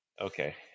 Okay